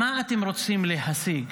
מה אתם רוצים להשיג?